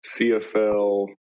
CFL